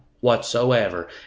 whatsoever